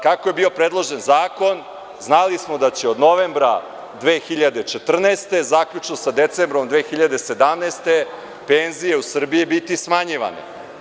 Kako je bio predložen zakon znali smo da će od novembra 2014. godine zaključno sa decembrom 2017. godine penzije u Srbiji biti smanjivane.